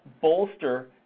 bolster